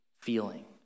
feeling